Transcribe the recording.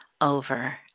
over